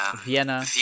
Vienna